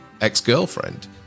ex-girlfriend